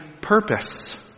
purpose